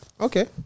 Okay